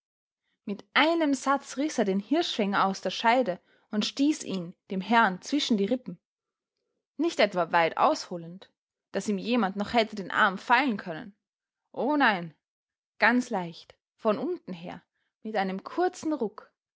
mit einem satz riß er den hirschfänger aus der scheide und stieß ihn dem herrn zwischen die rippen nicht etwa weit ausholend daß ihm jemand noch hätte in den arm fallen können oh nein ganz leicht von unten her mit einem kurzen ruck